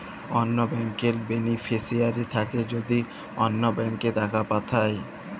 অল্য ব্যাংকের বেলিফিশিয়ারি থ্যাকে যদি অল্য ব্যাংকে টাকা পাঠায়